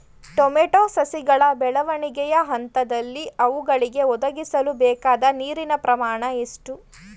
Tomato ಸಸಿಗಳ ಬೆಳವಣಿಗೆಯ ಹಂತದಲ್ಲಿ ಅವುಗಳಿಗೆ ಒದಗಿಸಲುಬೇಕಾದ ನೀರಿನ ಪ್ರಮಾಣ ಎಷ್ಟು?